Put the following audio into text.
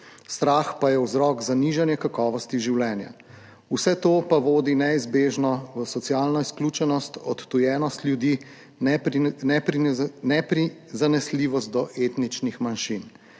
Strah pa je vzrok za nižanje kakovosti življenja, vse to pa neizbežno vodi v socialno izključenost, odtujenost ljudi, neprizanesljivost do etničnih manjšin.